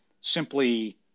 simply